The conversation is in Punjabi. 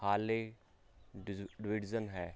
ਹਾਰਲੇ ਡ ਡਵਿਡਜ਼ਨ ਹੈ